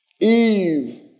Eve